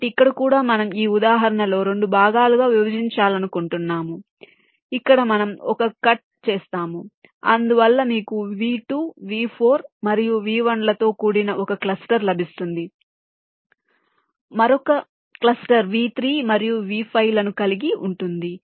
కాబట్టి ఇక్కడ కూడా మనం ఈ ఉదాహరణలో 2 భాగాలుగా విభజించాలనుకుంటున్నాము ఇక్కడ మనం ఒక కట్ చేస్తాము అందువల్ల మీకు V2 V4 మరియు V1 లతో కూడిన ఒక క్లస్టర్ లభిస్తుంది మరొక క్లస్టర్ V3 మరియు V5 లను కలిగి ఉంటుంది